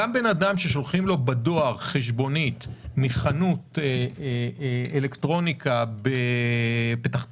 גם אדם ששולחים לו בדואר חשבונית מחנות אלקטרוניקה בפתח תקווה,